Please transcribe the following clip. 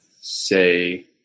say